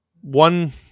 one